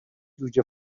جوجه